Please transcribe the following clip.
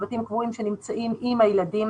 צוותים קבועים שנמצאים עם הילדים,